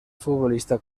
futbolista